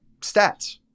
stats